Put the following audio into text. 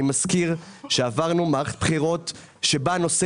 אני מזכיר שעברנו מערכת בחירות שבה נושא